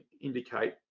indicate